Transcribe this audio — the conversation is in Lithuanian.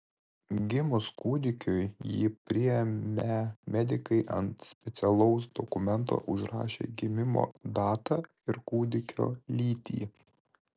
gimus kūdikiui jį priėmę medikai ant specialaus dokumento užrašė gimimo datą ir kūdikio lytį